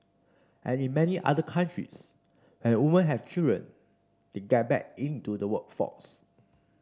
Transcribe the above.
and in many other countries and woman have children they get back into the workforce